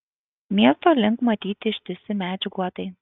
miesto link matyti ištisi medžių guotai